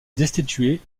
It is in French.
destituer